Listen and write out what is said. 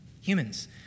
humans